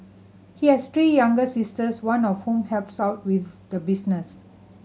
he has three younger sisters one of whom helps out with the business